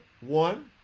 one